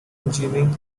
engineering